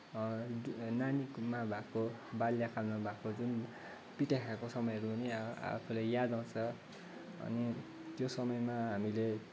नानीमा भएको बाल्यकालमा भएको जुन पिटाइ खाएको समयहरू पनि आफूलाई याद आउँछ अनि त्यो समयमा हामीले